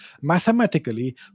mathematically